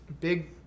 big